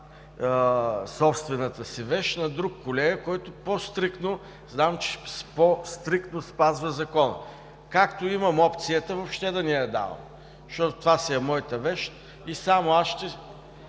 собствената си вещ на друг колега, който знам, че по-стриктно спазва Закона, както имам опцията въобще да не я давам. Това си е моята вещ и само аз ще